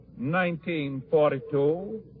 1942